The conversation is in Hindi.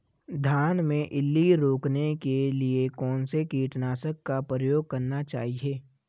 धान में इल्ली रोकने के लिए कौनसे कीटनाशक का प्रयोग करना चाहिए?